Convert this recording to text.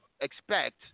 expect